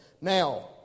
Now